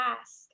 ask